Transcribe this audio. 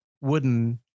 wooden